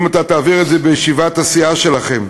אם אתה תעביר את זה בישיבת הסיעה שלכם,